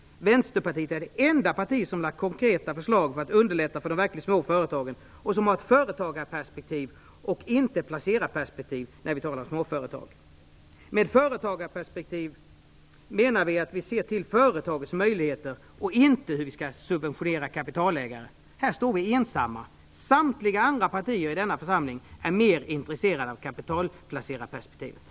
Vänsterpartiet är det enda parti som lagt fram konkreta förslag för att underlätta för de verkligt små företagen. Vi är också de enda som har ett företagarperspektiv och inte ett placerarperspektiv när vi talar om småföretag. Med företagarperspektiv menar vi att vi ser till företagets möjligheter och inte till hur vi skall subventionera kapitalägare. Här står vi ensamma. Samtliga andra partier i denna församling är mer intresserade av kapitalplacerarperspektivet.